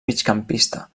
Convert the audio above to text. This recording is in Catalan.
migcampista